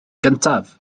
gyntaf